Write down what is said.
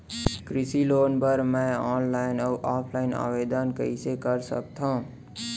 कृषि लोन बर मैं ऑनलाइन अऊ ऑफलाइन आवेदन कइसे कर सकथव?